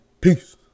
Peace